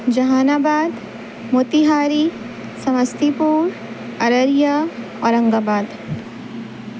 جہان آباد موتیہاری سمستی پور ارریا اورنگ آباد